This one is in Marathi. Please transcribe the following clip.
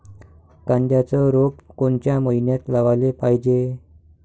कांद्याचं रोप कोनच्या मइन्यात लावाले पायजे?